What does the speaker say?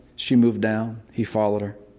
she moved down. he followed her.